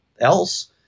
else